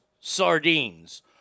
sardines